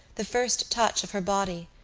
the first touch of her body,